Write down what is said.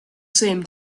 same